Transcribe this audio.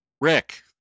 Rick